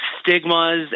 stigmas